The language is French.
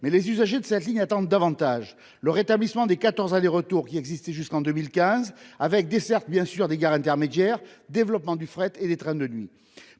Mais les usagers de cette ligne attendent davantage : le rétablissement des quatorze allers-retours qui existaient jusqu'en 2015, avec desserte des gares intermédiaires, ainsi que le développement du fret et des trains de nuit.